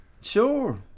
Sure